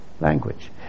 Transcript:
language